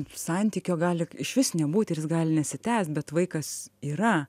santykio gali išvis nebūt ir jis gali nesitęst bet vaikas yra